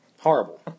Horrible